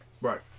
Right